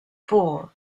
four